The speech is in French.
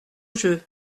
jeu